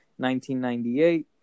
1998